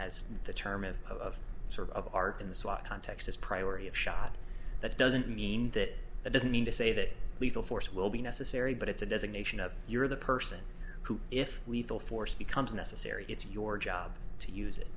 as the term of sort of our in the swat context as priority of shot that doesn't mean that that doesn't mean to say that lethal force will be necessary but it's a designation of you're the person who if we thought force becomes necessary it's your job to use it